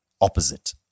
opposite